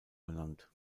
benannt